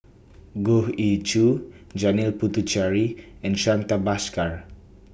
Goh Ee Choo Janil Puthucheary and Santha Bhaskar